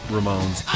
Ramones